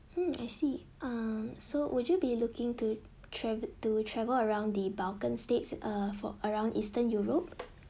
mm I see uh so would you be looking to tra~ to travel around the vulcan states uh for around eastern europe